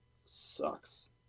sucks